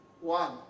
One